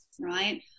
right